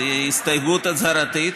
היא הסתייגות הצהרתית,